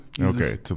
Okay